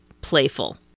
playful